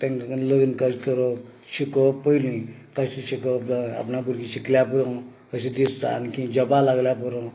तांकां लग्न तशें करप शिकोवप पयली तशें शिकोवप आपणा भुरगीं शिकल्या पुरो अशें दिसता आनकी जॉबा लागल्या पुरो